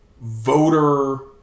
voter